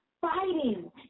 fighting